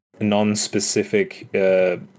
non-specific